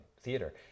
theater